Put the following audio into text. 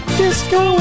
disco